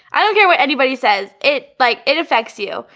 i don't care what anybody says it like it affects you.